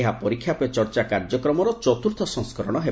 ଏହା ପରୀକ୍ଷା ପେ ଚର୍ଚ୍ଚା କାର୍ଯ୍ୟକ୍ରମର ଚତୁର୍ଥ ସଂସ୍କରଣ ହେବ